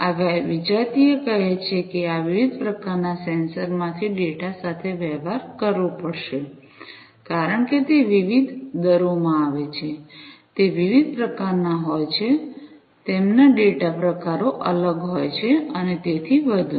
આ વિજાતીય કહે છે કે આ વિવિધ પ્રકારના સેન્સરમાંથી ડેટા સાથે વ્યવહાર કરવો પડશે કારણ કે તે વિવિધ દરોમાં આવે છે તે વિવિધ પ્રકારના હોય છે તેમના ડેટા પ્રકારો અલગ હોય છે અને તેથી વધુ